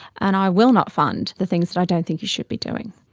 and i will not fund the things that i don't think you should be doing.